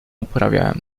uprawiałem